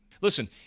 Listen